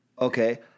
okay